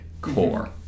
core